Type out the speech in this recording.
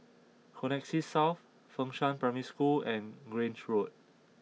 Connexis South Fengshan Primary School and Grange Road